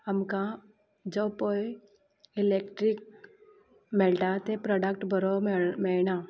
आमकां जो पळय इलेक्ट्रीक मेळटा ते प्रोडक्ट बरो मेळ मेळना